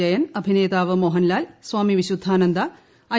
ജയൻ അഭിനേതാവ് മോഹൻലാൽ ക്സ്വാമി വിശുദ്ധാനന്ദ ഐ